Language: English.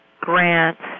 grants